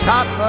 Top